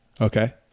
Okay